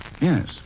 Yes